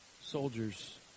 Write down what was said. soldiers